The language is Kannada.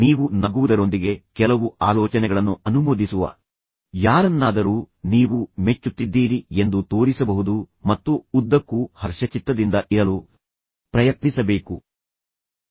ನೀವು ನಗುವುದರೊಂದಿಗೆ ಕೆಲವು ಆಲೋಚನೆಗಳನ್ನು ಅನುಮೋದಿಸುವ ಯಾರನ್ನಾದರೂ ನೀವು ಮೆಚ್ಚುತ್ತಿದ್ದೀರಿ ಎಂದು ನೀವು ತೋರಿಸಬಹುದು ಮತ್ತು ನೀವು ಉದ್ದಕ್ಕೂ ಹರ್ಷಚಿತ್ತದಿಂದ ಇರಲು ಪ್ರಯತ್ನಿಸಬೇಕು